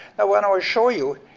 the one i will show you,